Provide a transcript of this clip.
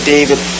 David